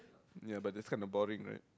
ya but it's kind of boring right